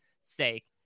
sake